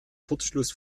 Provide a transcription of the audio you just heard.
kurzschluss